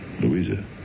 Louisa